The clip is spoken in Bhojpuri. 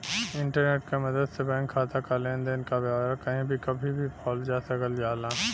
इंटरनेट क मदद से बैंक खाता क लेन देन क ब्यौरा कही भी कभी भी पावल जा सकल जाला